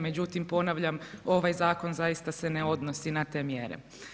Međutim, ponavljam, ovaj zakon zaista se ne odnosi na te mjere.